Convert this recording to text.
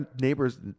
neighbors